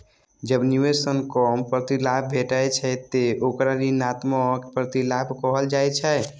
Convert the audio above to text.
जब निवेश सं कम प्रतिलाभ भेटै छै, ते ओकरा ऋणात्मक प्रतिलाभ कहल जाइ छै